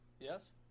Yes